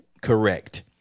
correct